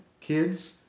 kids